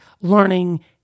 learning